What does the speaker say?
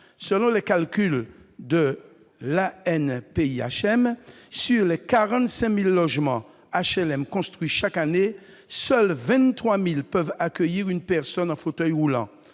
Selon les calculs de l'ANPIHM, sur les 45 000 logements HLM construits chaque année, seuls 23 000 peuvent accueillir une personne en fauteuil roulant